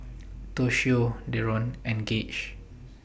Toshio Deron and Gage